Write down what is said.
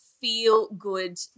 feel-good